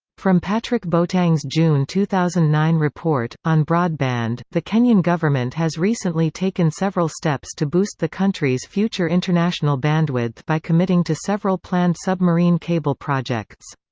from patrick boateng's june two thousand and nine report on broadband, the kenyan government has recently taken several steps to boost the country's future international bandwidth by committing to several planned submarine cable projects.